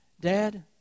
dad